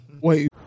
Wait